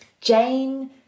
Jane